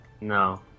No